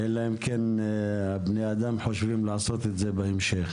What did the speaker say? אלא אם כן בני אדם חושבים לעשות את זה בהמשך.